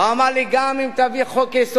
הוא אמר לי: גם אם תביא חוק-יסוד